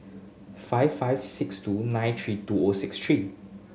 five five six two nine three two O six three